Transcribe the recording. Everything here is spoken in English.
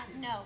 No